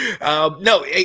No